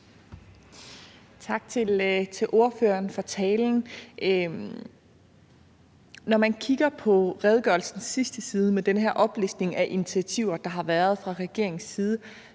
Tak til ordføreren for talen. Når man kigger på redegørelsens sidste side med den her oplistning af initiativer, der har været fra regeringens side,